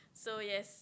so yes